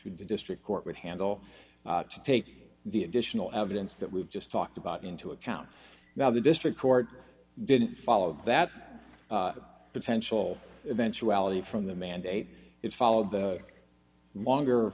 would be district court would handle to take the additional evidence that we've just talked about into account now the district court didn't follow that potential eventuality from the mandate it followed the longer